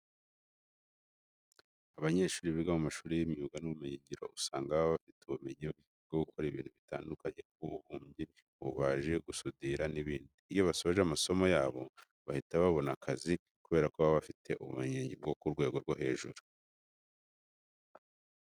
Abanyeshuri biga mu mashuri y'imyuga n'ubumenyingiro usanga baba bafite ubumenyi bwo gukora ibintu bitandukanye nk'ububumbyi, ububaji, gusudira, n'ibindi. Iyo basoje amasomo yabo bahita babona akazi kubera ko baba bafite ubumenyi bwo ku rwego rwo hejuru.